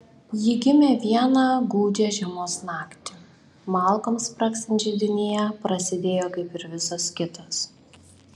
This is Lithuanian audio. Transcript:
ji gimė vieną gūdžią žiemos naktį malkoms spragsint židinyje prasidėjo kaip ir visos kitos